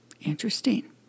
Interesting